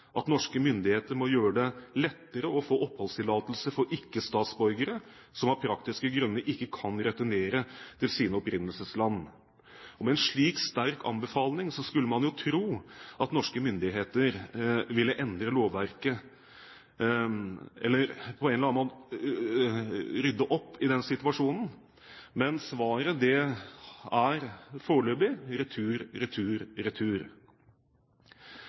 at norske myndigheter må gjøre det lettere å få oppholdstillatelse for ikke-statsborgere som av praktiske grunner ikke kan returnere til sine opprinnelsesland. Med en slik sterk anbefaling skulle man jo tro at norske myndigheter ville endre lovverket, eller på en eller annen måte rydde opp i den situasjonen. Men svaret er foreløpig: retur, retur, retur.